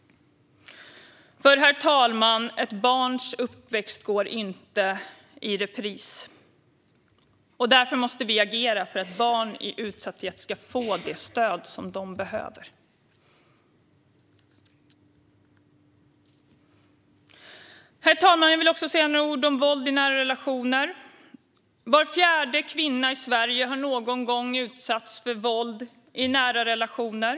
Herr talman! Ett barns uppväxt går inte i repris. Därför måste vi agera för att barn i utsatthet ska få det stöd de behöver. Herr talman! Jag vill också säga några ord om våld i nära relationer. Var fjärde kvinna i Sverige har någon gång utsatts för våld i nära relationer.